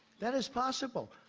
that is possible.